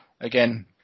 again